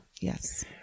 Yes